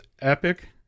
epic